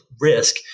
risk